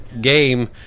game